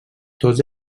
tots